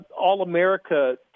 All-America